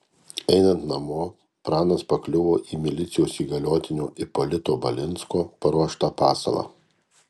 einant namo pranas pakliuvo į milicijos įgaliotinio ipolito balinsko paruoštą pasalą